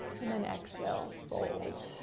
and then exhale, fold.